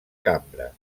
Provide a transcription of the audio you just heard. cambra